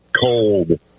cold